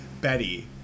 Betty